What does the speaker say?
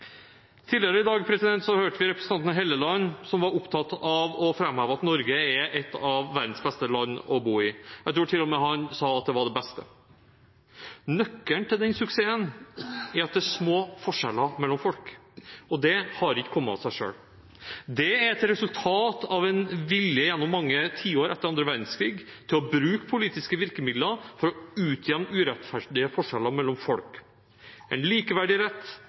Tidligere i dag hørte vi representanten Helleland, som var opptatt av å framheve at Norge er et av verdens beste land å bo i, jeg tror til og med han sa at det var det beste. Nøkkelen til den suksessen er at det er små forskjeller mellom folk, og det har ikke kommet av seg selv. Det er et resultat av en vilje gjennom mange tiår etter andre verdenskrig til å bruke politiske virkemidler for å utjevne urettferdige forskjeller mellom folk. En likeverdig rett